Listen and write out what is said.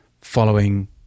following